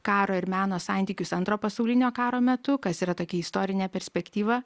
karo ir meno santykius antro pasaulinio karo metu kas yra tokia istorinė perspektyva